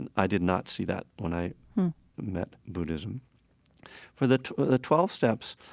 and i did not see that when i met buddhism for the the twelve steps,